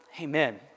Amen